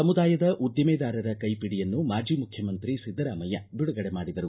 ಸಮುದಾಯದ ಉದ್ದಿಮೆದಾರರ ಕೈಪಿಡಿಯನ್ನು ಮಾಜಿ ಮುಖ್ಯಮಂತ್ರಿ ಸಿದ್ದರಾಮಯ್ಯ ಬಿಡುಗಡೆ ಮಾಡಿದರು